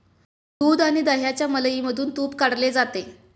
दूध आणि दह्याच्या मलईमधून तुप काढले जाते